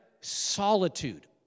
solitude